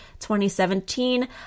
2017